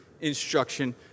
instruction